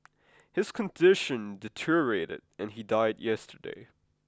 his condition deteriorated and he died yesterday